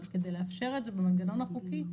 אבל כדי לאפשר את זה במנגנון החוקי,